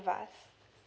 us